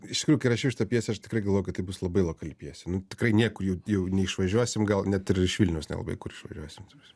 iš tikrųjų kai rašiau šitą pjesę aš tikrai galvojau kad tai bus labai lokali pjesė nu tikrai niekur jau neišvažiuosim gal net ir iš vilniaus nelabai kur išvažiuosim ta prasme